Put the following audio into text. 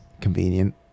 convenient